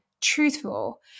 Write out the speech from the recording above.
truthful